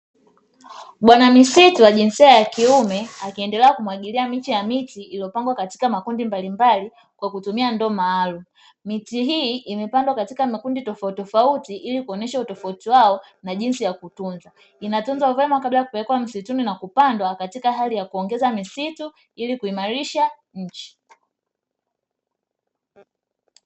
Bwana misitu wa jinsia ya kiume akiendelea kumwagilia miche ya miti iliyopangwa katika makundi mbalimbali kwa kutumia ndo maalumu, miti hii imepandwa katika makundi tofauti tofauti ili kuonyesha utofauti wao na jinsi ya kutunza, inatunzwa vyema kabla kumekuwa msituni na kupanda katika hali ya kuongeza misitu ili kuimarisha nchi.